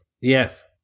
Yes